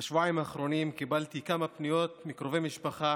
בשבועיים האחרונים קיבלתי כמה פניות מקרובי משפחה